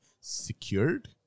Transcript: secured